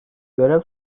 görev